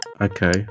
Okay